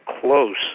close